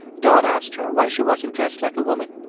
don asked her why she wasn't dressed like a woman.